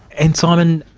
and simon,